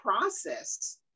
process